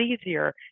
easier